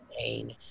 pain